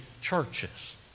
churches